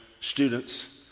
students